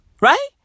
Right